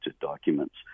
documents